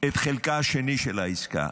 את חלקה השני של העסקה.